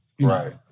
Right